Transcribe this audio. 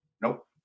Nope